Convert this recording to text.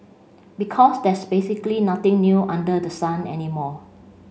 because there's basically nothing new under the sun anymore